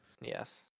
Yes